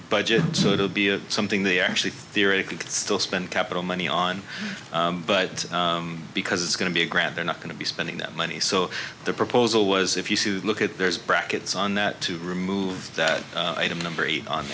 budget so it'll be something they actually theoretically could still spend capital money on but because it's going to be a grant they're not going to be spending that money so the proposal was if you look at there's brackets on that to remove that item number eight on